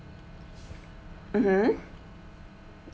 mmhmm